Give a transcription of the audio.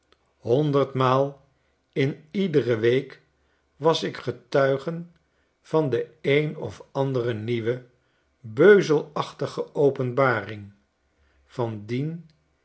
honderdmaal in iedere week was ik getuige van de een of andere nieuwe beuzelachtige openbaring van